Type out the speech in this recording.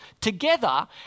together